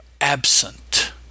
absent